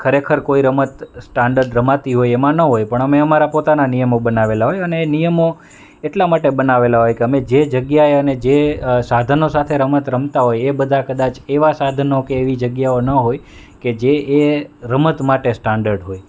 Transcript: ખરેખર કોઈ રમત સ્ટાન્ડર્ડ રમાતી હોય એમાં ન હોય અમે અમારા પોતાના નિયમો બનાવેલાં હોય અને એ નિયમો એટલા માટે બનાવેલાં હોય કે અમે જે જગ્યાએ અને જે સાધનો સાથે રમત રમતા હોય તો એ બધાં કદાચ એવા સાધન કે એવી જગ્યાઓ ન હોય કે જે એ રમત માટે સ્ટાન્ડર્ડ હોય